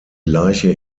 leiche